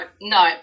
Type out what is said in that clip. No